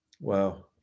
Wow